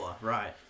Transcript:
Right